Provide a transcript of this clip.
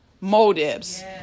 motives